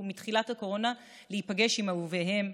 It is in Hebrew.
מתחילת הקורונה להיפגש עם אהוביהם,